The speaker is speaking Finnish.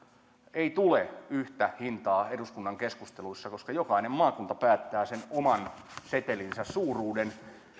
ei tule yhtä hintaa eduskunnan keskusteluissa koska jokainen maakunta päättää sen oman setelinsä suuruuden